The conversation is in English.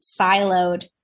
siloed